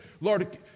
Lord